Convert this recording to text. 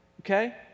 okay